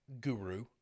guru